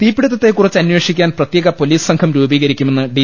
തീപിടുത്തത്തെ കുറിച്ച് അമ്പേഷിക്കാൻ പ്രത്യേക പൊലീസ് സംഘം രൂപീ കരിക്കുമെന്ന് ഡി